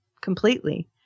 completely